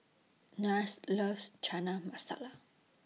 Nash loves Chana Masala